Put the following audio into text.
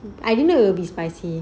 I didn't know it will be spicy